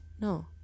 no